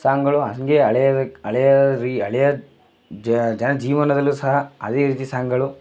ಸಾಂಗ್ಗಳು ಹಾಗೆ ಹಳೆಯ ಹಳೆಯ ರೀ ಹಳೆಯ ಜನಜೀವನದಲ್ಲೂ ಸಹ ಅದೇ ರೀತಿ ಸಾಂಗ್ಗಳು